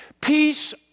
Peace